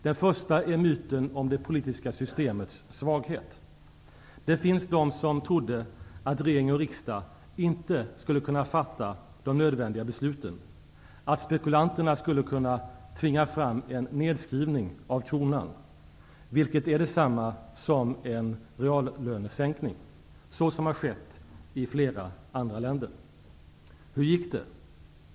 Den första är myten om det politiska systemets svaghet. Det fanns de som trodde att regering och riksdag inte skulle kunna fatta de nödvändiga besluten, att spekulanterna skulle kunna tvinga fram en nedskrivning av kronan, vilket är detsamma som en reallönesänkning, så som hade skett i flera andra länder. Hur gick det?